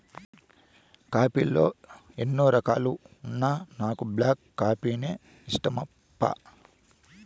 coffee లో ఎన్నో రకాలున్నా నాకు బ్లాక్ కాఫీనే ఇష్టమప్పా